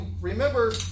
Remember